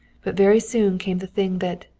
but very soon came the thing that,